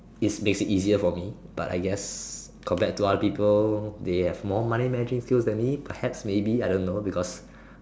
is basic easier for me but I guess compared to other people they have more money managing skill than me perhaps maybe I don't know because